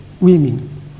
women